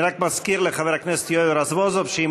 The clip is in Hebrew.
אני רק מזכיר לחבר הכנסת יואל רזבוזוב שאם